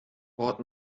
port